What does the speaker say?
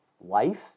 life